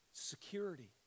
Security